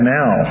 now